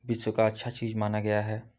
विश्व की अच्छी चीज़ मानी गई है